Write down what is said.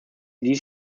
dies